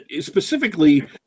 specifically